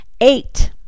Eight